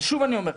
ושוב אני אומר,